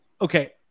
Okay